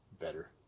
better